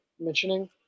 mentioning